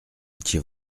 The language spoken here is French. étiez